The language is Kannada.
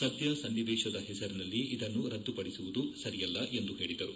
ಸದ್ದ ಸನ್ನಿವೇಶದ ಹೆಸರಿನಲ್ಲಿ ಇದನ್ನು ರದ್ದುಪಡಿಸುವುದು ಸರಿಯಲ್ಲ ಎಂದು ಹೇಳಿದರು